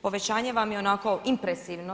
Povećanje vam je onako impresivno.